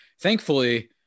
thankfully